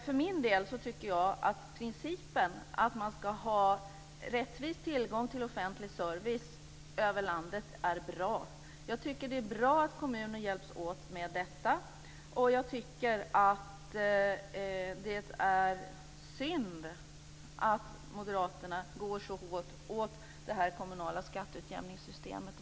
För min del tycker jag att principen om rättvis tilldelning av offentlig service över hela landet är bra. Det är bra att kommuner hjälps åt med detta. Det är synd att Moderaterna går så hårt åt det kommunala skatteutjämningssystemet.